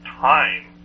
time